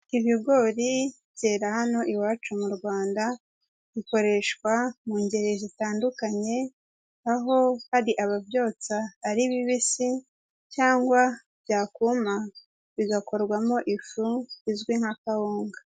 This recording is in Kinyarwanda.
Ibigori byera hano iwacu mu Rwanda, bikoreshwa mu ngeri zitandukanye aho hari ababyotsa ari bibisi cyangwa byakuma bigakorwamo ifu izwi nka kawunga.